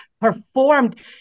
performed